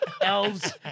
elves